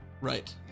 Right